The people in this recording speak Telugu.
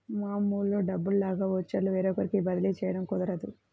మామూలు డబ్బుల్లాగా ఓచర్లు వేరొకరికి బదిలీ చేయడం కుదరదు